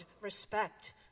respect